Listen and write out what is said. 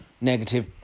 negative